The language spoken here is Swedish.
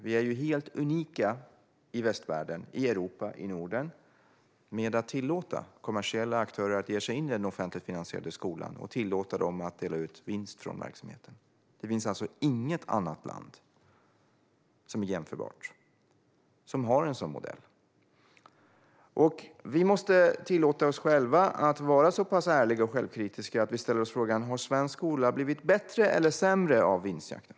Vi är ju helt unika i västvärlden, i Europa, i Norden med att tillåta kommersiella aktörer att ge sig in i den offentligt finansierade skolan och dela ut vinst från verksamheten. Det finns alltså inget jämförbart land som har en sådan modell. Vi måste tillåta oss själva att vara så pass ärliga och självkritiska att vi ställer oss frågan om svensk skola har blivit bättre eller sämre av vinstjakten.